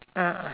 (uh huh)